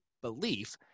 belief